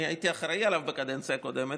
אני הייתי אחראי עליו בקדנציה הקודמת.